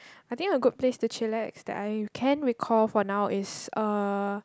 I think the good place to chillax that I can recall for now is uh